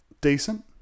decent